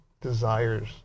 desires